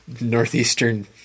northeastern